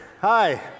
Hi